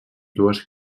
dues